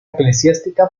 eclesiástica